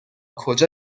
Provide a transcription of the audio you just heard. کجا